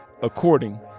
According